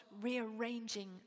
rearranging